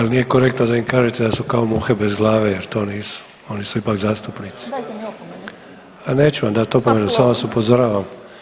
Ali nije korektno da im kažete da su kao muhe bez glave jer to nisu oni su ipak zastupnici [[Upadica: Dajte mi opomenu.]] A neću vam dat opomenu samo vas upozoravam.